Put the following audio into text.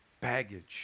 Baggage